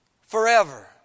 forever